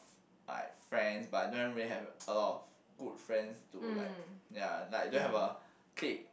like friends but don't really have a lot of good friends to like ya like don't have a clique